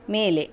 ಮೇಲೆ